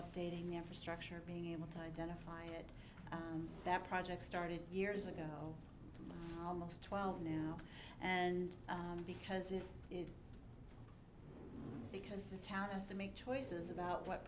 updating the infrastructure being able to identify it that project started years ago almost twelve now and because it's because the town has to make choices about what